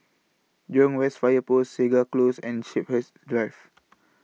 Jurong West Fire Post Segar Close and Shepherds Drive